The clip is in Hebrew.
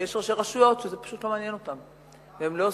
ויש ראשי רשויות שזה פשוט לא מעניין אותם והם לא עושים.